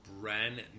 brand